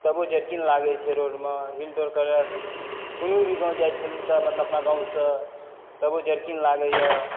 तबो जर्किंग लागै छै रोड मे हिलडोल कयलक कोनो भी गाँव जाइ छलहुॅं तऽ अपना गाँवसँ तबो जर्किंग लागैया